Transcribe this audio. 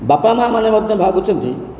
ବାପା ମା' ମାନେ ମଧ୍ୟ ଭାବୁଛନ୍ତି